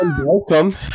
welcome